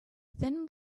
thin